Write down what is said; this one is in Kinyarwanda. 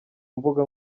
mbuga